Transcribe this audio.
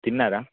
తిన్నారా